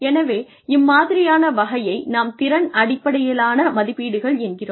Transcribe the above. எனவே இம்மாதிரியான வகையை நாம் திறன் அடிப்படையிலான மதிப்பீடுகள் என்கிறோம்